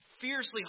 fiercely